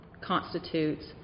constitutes